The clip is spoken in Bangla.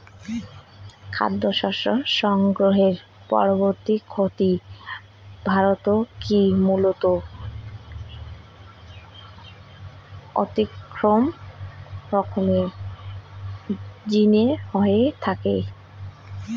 খাদ্যশস্য সংগ্রহের পরবর্তী ক্ষতি ভারতত কি মূলতঃ অতিসংরক্ষণের জিনে হয়ে থাকে?